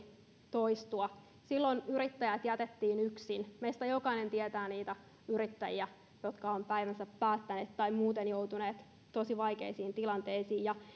toistua silloin yrittäjät jätettiin yksin meistä jokainen tietää niitä yrittäjiä jotka ovat päivänsä päättäneet tai muuten joutuneet tosi vaikeisiin tilanteisiin ja